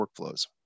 workflows